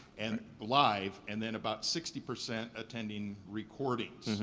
and live and then about sixty percent attending recordings.